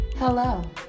hello